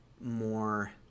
more